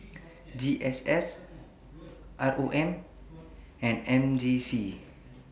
G S S R O M and M J C